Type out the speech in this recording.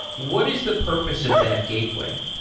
what is the purpose of that gateway?